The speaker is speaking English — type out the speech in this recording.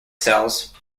cells